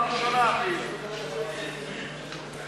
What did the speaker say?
(הודעה בדבר מחיקת רישום שעבוד),